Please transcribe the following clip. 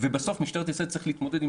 ובסוף משטרת ישראל תצטרך להתמודד עם